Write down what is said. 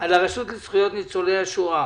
על הרשות לזכויות ניצולי השואה.